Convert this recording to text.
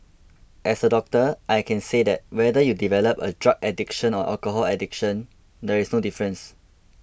as a doctor I can say that whether you develop a drug addiction or alcohol addiction there is no difference